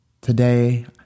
Today